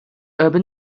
urban